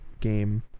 game